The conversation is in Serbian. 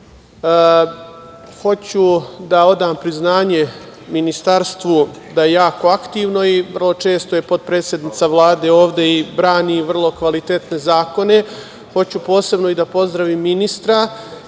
da odam priznanje ministarstvu da je jako aktivno i vrlo često je potpredsednica Vlade ovde i brani vrlo kvalitetne zakone. Hoću posebno da pozdravim ministra